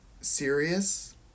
serious